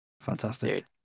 fantastic